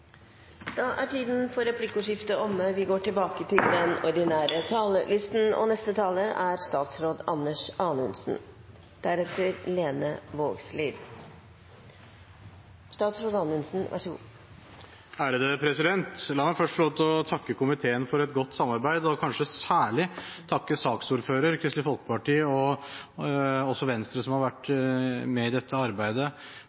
er omme. La meg først få lov til å takke komiteen for et godt samarbeid, og kanskje særlig takke saksordfører, Kristelig Folkeparti og også Venstre, som har vært med i dette arbeidet,